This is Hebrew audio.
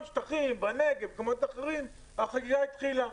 שטחים בנגב ובמקומות אחרים החגיגה התחילה.